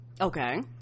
okay